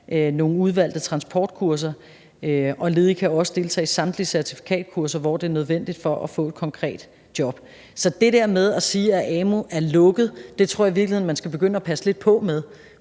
nogle udvalgte transportkurser, og ledige kan også deltage i samtlige certifikatkurser, hvor det er nødvendigt for at få et konkret job. Så det der med at sige, at amu er lukket, tror jeg i virkeligheden man skal begynde at passe lidt på med,